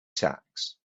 sacks